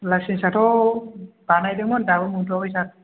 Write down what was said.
लाइसेन्सआथ' बानायदोंमोन दाबो मोन'थवाखै सार